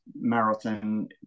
marathon